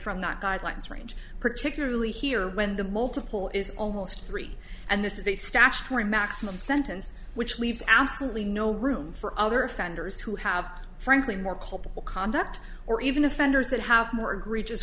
from not guidelines range particularly here when the multiple is almost three and this is a statutory maximum sentence which leaves absolutely no room for other offenders who have frankly more culpable conduct or even offenders that have more egre